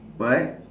what